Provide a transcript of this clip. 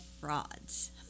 frauds